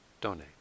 donate